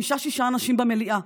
חמישה-שישה אנשים במליאה.